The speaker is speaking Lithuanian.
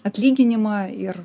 atlyginimą ir